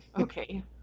Okay